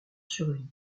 survie